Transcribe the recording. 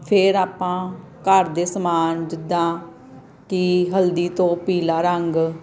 ਫਿਰ ਆਪਾਂ ਘਰ ਦੇ ਸਮਾਨ ਜਿੱਦਾਂ ਕਿ ਹਲਦੀ ਤੋਂ ਪੀਲਾ ਰੰਗ